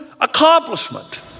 accomplishment